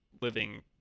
Living